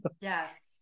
Yes